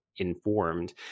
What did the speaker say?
informed